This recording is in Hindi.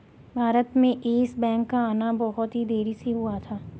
भारत में येस बैंक का आना बहुत ही देरी से हुआ था